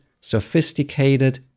sophisticated